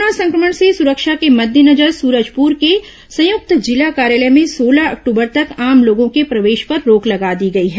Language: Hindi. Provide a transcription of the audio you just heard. कोरोना संक्रमण से सुरक्षा के मद्देनजर सूरजपुर के संयुक्त जिला कार्यालय में सोलह अक्टूबर तक आम लोगों के प्रवेश पर रोक लगा दी गई है